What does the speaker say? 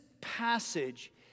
passage